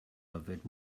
yfed